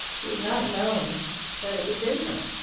he had not known that it was in her.